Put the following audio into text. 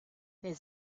der